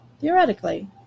Theoretically